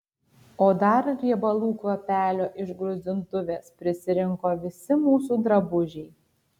o dar riebalų kvapelio iš gruzdintuvės prisirinko visi mūsų drabužiai